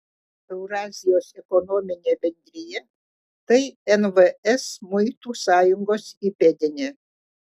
eurazijos ekonominė bendrija tai nvs muitų sąjungos įpėdinė